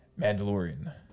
Mandalorian